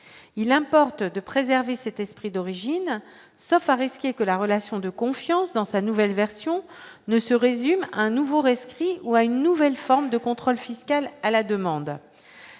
il importe de préserver c'est esprit d'origine, sauf à risquer que la relation de confiance dans sa nouvelle version ne se résume à un nouveau rescrit ou à une nouvelle forme de contrôle fiscal à la demande,